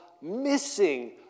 missing